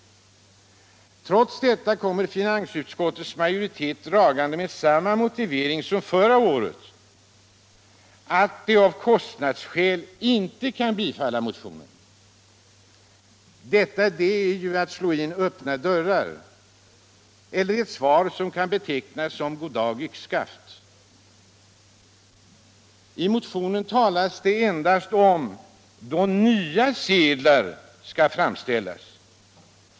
Trots detta kommer finansutskottets ma joritet jagande med samma motivering som förra året, att man av kostnadsskäl inte kan bifalla motionen. Detta är ju att slå in öppna dörrar, eller ett svar som kan betecknas som ”goddag yxskaft”. I motionen talas det endast om tillfället då nya sedeltyper skall framställas.